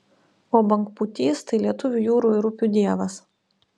o bangpūtys tai lietuvių jūrų ir upių dievas